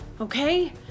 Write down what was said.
okay